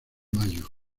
mayo